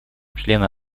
члена